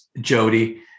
Jody